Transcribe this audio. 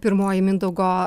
pirmoji mindaugo